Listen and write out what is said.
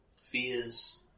fears